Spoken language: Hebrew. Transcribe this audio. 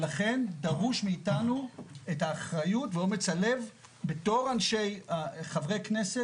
ולכן דרושים מאתנו האחריות ואומץ הלב בתור חברי כנסת